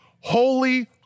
holy